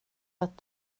att